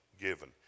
given